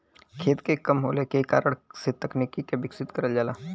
खेत के कम होले के कारण से तकनीक के विकसित करल जाला